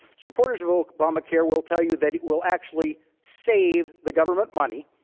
supporters of obamacare will tell you that it will actually save the government money.